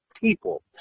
people